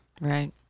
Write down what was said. right